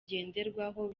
ngenderwaho